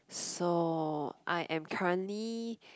so I am currently